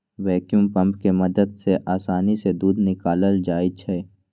vacuum pump के मदद से आसानी से दूध निकाकलल जाइ छै